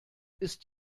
ist